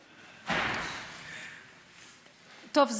טוב,